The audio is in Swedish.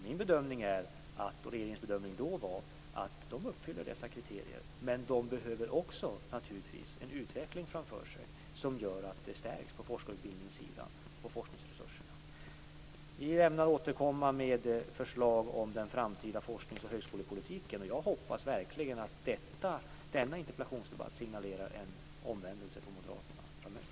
Min bedömning är, och regeringens bedömning var då, att de uppfyller dessa kriterier. Men de behöver naturligtvis också en utveckling framöver som gör att de förstärks inom forskarutbildningen och när det gäller forskningsresurserna. Vi ämnar återkomma med förslag om den framtida forsknings och högskolepolitiken. Jag hoppas verkligen att denna interpellationsdebatt signalerar en omvändelse från Moderaterna framöver.